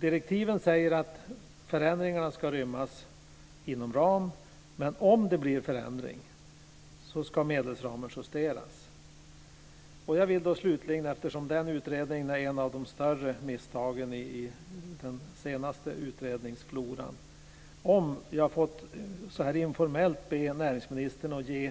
Direktiven säger alltså att förändringarna ska rymmas inom ramen, men om det blir en förändring så ska medelsramen justeras. Eftersom den utredningen är ett av de större misstagen i den senaste utredningsfloran, vill jag slutligen lite informellt be näringsministern att nämna